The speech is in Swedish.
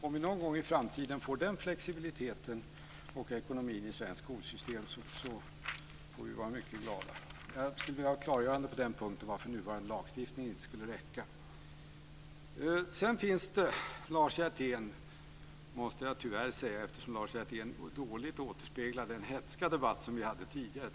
Om vi någon gång i framtiden får den flexibiliteten och den ekonomin i det svenska skolsystemet får vi vara mycket glada. Jag skulle vilja ha ett klargörande om varför nuvarande lagstiftning inte skulle räcka. Tyvärr måste jag säga att Lars Hjertén dåligt återspeglar den hätska debatt som vi tidigare hade.